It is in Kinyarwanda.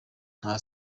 nta